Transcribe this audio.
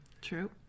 true